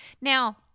Now